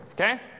Okay